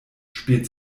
spielt